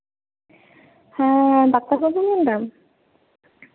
ᱦᱮᱸ ᱰᱟᱠᱛᱟᱨ ᱵᱟᱹᱵᱩ ᱢᱮᱱᱫᱟᱢ